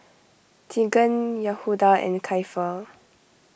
Teagan Yehuda and Keifer